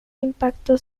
impacto